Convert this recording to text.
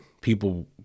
People